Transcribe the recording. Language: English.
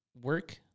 work